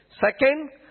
Second